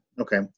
Okay